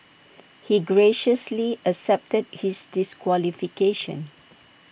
he graciously accepted his disqualification